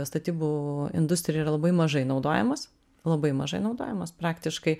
statybų industrijoj yra labai mažai naudojamas labai mažai naudojamas praktiškai